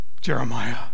Jeremiah